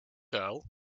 girl